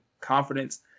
confidence